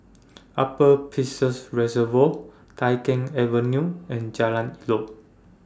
Upper Peirce Reservoir Tai Keng Avenue and Jalan Elok